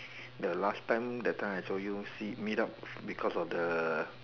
the last time that time I told you see meet up because of the